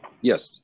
Yes